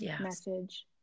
message